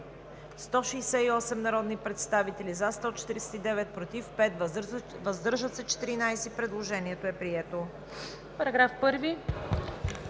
168 народни представители: за 149, против 5, въздържали се 14. Предложението е прието.